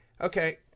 okay